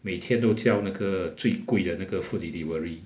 每天都叫那个最贵的那个 food delivery